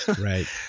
Right